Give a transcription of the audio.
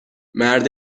مرد